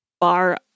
bar